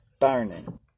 burning